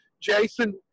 Jason